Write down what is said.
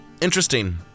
interesting